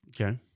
Okay